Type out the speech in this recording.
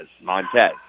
Montez